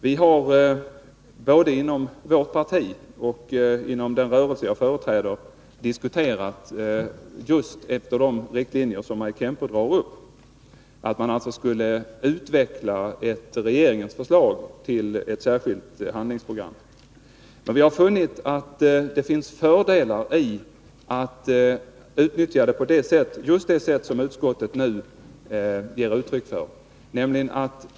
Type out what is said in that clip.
Vi har både inom vårt parti och inom den rörelse jag företräder diskuterat just de riktlinjer som Maj Kempe drog upp, att man alltså skulle utveckla ett regeringsförslag till ett särskilt handlingsprogram. Vi har funnit att det är fördelar i att utnyttja det på det sätt som utskottet ger uttryck för.